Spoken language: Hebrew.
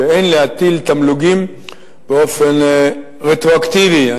שאין להטיל תמלוגים באופן רטרואקטיבי.